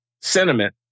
sentiment